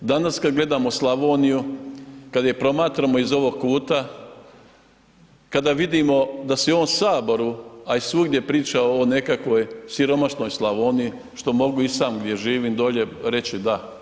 Danas kad gledamo Slavoniju, kada je promatramo iz ovog kuta, kada vidimo da se i u ovom Saboru a i svugdje priča o nekakvoj siromašnoj Slavoniji što mogu i sam gdje živim dolje reći da.